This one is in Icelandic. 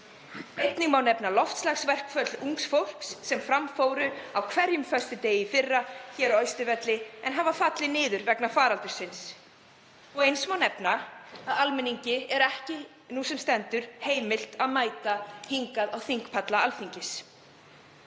Einnig má nefna loftslagsverkföll ungs fólks sem fram fóru á hverjum föstudegi í fyrra hér á Austurvelli en hafa fallið niður vegna faraldursins. Jafnframt má nefna að almenningi er nú sem stendur ekki heimilt að mæta hingað á þingpalla Alþingis.